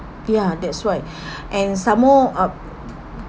ya that's why and some more uh